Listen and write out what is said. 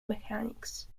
mechanics